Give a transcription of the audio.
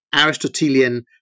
Aristotelian